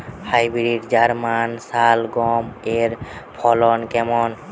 Hybrid German শালগম এর ফলন কেমন?